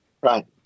Right